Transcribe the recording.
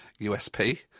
USP